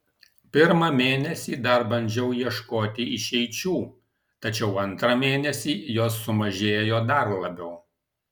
pirmą mėnesį dar bandžiau ieškoti išeičių tačiau antrą mėnesį jos sumažėjo dar labiau